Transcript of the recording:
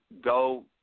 go